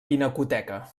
pinacoteca